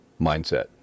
mindset